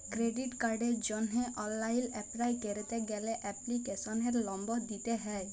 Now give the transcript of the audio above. credit কার্ডের জন্হে online apply ক্যরতে গ্যালে এপ্লিকেশনের লম্বর দিত্যে হ্যয়